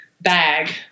bag